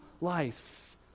life